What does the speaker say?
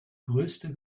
größte